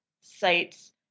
sites